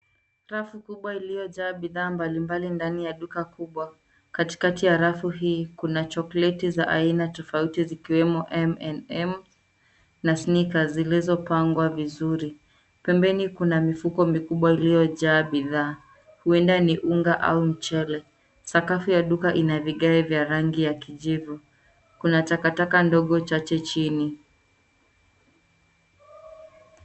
Rafu kubwa iliyojaa bidhaa mbalimbali ndani ya duka kubwa, katikati ya rafu hii, kuna chokoleti za aina tofauti zikiwemo MNM, na Snikers zilizopangwa vizuri. Pembeni kuna mifuko mikubwa iliyojaa bidhaa. Huenda ni unga au mchele. Sakafu ya duka ina vigae vya rangi ya kijivu. Kuna takataka ndogo chache chini.